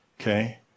Okay